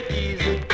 easy